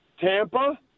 Tampa